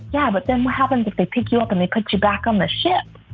yeah, but then what happens if they pick you up and they put you back on the ship?